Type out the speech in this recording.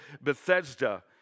Bethesda